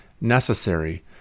necessary